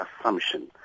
assumption